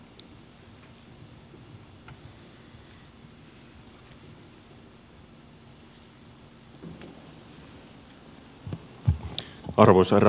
arvoisa herra puhemies